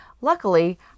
Luckily